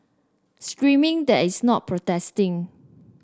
screaming that is not protesting